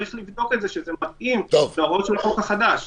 וצריך לבדוק שזה מתאים להוראות של החוק החדש.